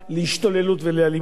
מגיעים להשתוללות ולאלימות.